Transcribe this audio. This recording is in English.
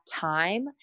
time